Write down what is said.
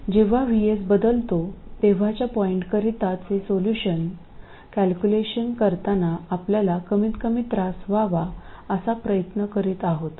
जेव्हा VS बदलतो तेव्हाच्या पॉईंटकरिता सोल्युशनचे कॅल्क्युलेशन करताना आपल्याला कमीतकमी त्रास व्हावा असा प्रयत्न करीत आहोत